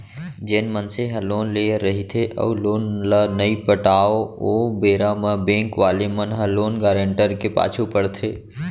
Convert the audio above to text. जेन मनसे ह लोन लेय रहिथे अउ लोन ल नइ पटाव ओ बेरा म बेंक वाले मन ह लोन गारेंटर के पाछू पड़थे